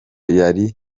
yari